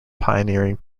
pioneering